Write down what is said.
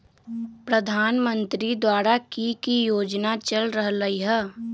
प्रधानमंत्री द्वारा की की योजना चल रहलई ह?